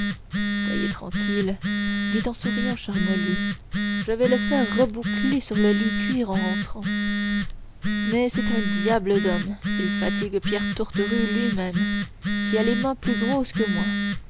soyez tranquille dit en souriant charmolue je vais le faire reboucler sur le lit de cuir en rentrant mais c'est un diable d'homme il fatigue pierrat torterue lui-même qui a les mains plus grosses que moi